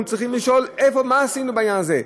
אנחנו צריכים לשאול מה עשינו בעניין הזה.